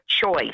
choice